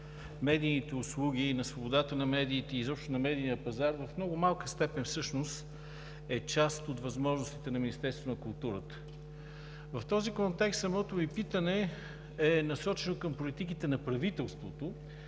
медийните услуги и на свободата на медиите, изобщо на медийния пазар, в много малка степен всъщност е част от възможностите на Министерството на културата. В този контекст самото ми питане е насочено към политиките на правителството,